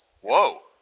Whoa